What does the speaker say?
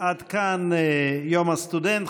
עד כאן יום הסטודנט.